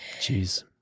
Jeez